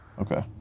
Okay